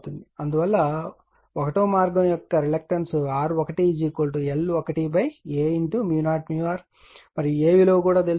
అందువల్ల 1 వ మార్గం యొక్క రిలక్టన్స్ R1 l1A 0r గా ఇవ్వబడుతుంది మరియు A విలువ కూడా తెలుసు